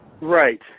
Right